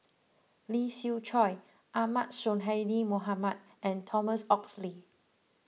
Lee Siew Choh Ahmad Sonhadji Mohamad and Thomas Oxley